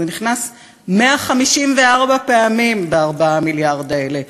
זה נכנס 154 פעמים ב-4 המיליארד האלה,